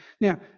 Now